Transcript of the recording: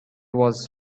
was